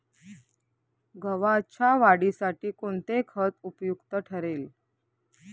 गव्हाच्या वाढीसाठी कोणते खत उपयुक्त ठरेल?